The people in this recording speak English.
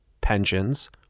pensions